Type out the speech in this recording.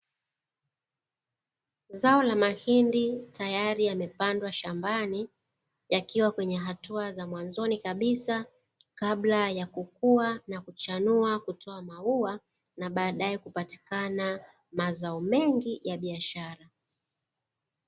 Zao la mahindi tayari yamepangdwa shambani, yakiwa kwenye hatua za mwanzoni kabisa, kabla ya kukua na kuchanua kutoa maua na baadaye kupatikana mazao mengi ya biashara.